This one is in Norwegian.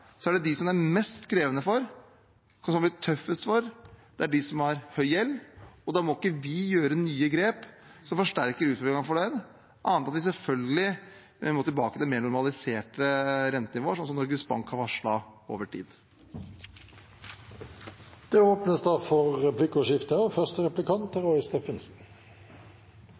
er mest krevende for og tøffest for, de som har høy gjeld. Da må ikke vi gjøre nye grep som forsterker utviklingen for dem, annet enn at vi selvfølgelig må tilbake til mer normaliserte rentenivåer – slik Norges Bank har varslet – over tid. Det blir replikkordskifte. Statsråden tok opp regnestykket sitt også i innlegget. Det er